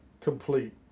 complete